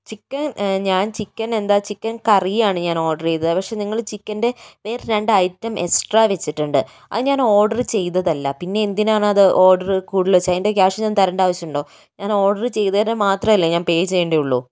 chicken ഞാൻ chicken എന്താ chicken കറിയാണ് ഞാൻ ഓർഡർ ചെയ്തത് പക്ഷേ നിങ്ങള് ചിക്കൻറെ വേറെ രണ്ട് ഐറ്റം എക്സ്ട്രാ വച്ചിട്ടുണ്ട് അത് ഞാൻ ഓർഡർ ചെയ്തതല്ല പിന്നെ എന്തിനാണ് അത് ഓർഡർ കൂടുതൽ വെച്ചത് അതിൻ്റെ ക്യാഷ് ഞാൻ തരേണ്ട ആവശ്യമുണ്ടോ ഞാൻ ഓർഡർ ചെയ്തതിൻ്റെ മാത്രമല്ലേ ഞാൻ പേ ചെയ്യേണ്ടതുള്ളൂ